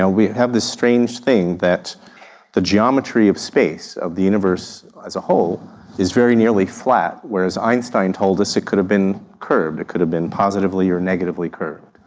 ah we have this strange thing that the geometry of space of the universe as a whole is very nearly flat, whereas einstein told us it could have been curved, it could have been positively or negatively curved.